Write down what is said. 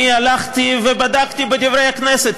אני הלכתי ובדקתי בדברי הכנסת,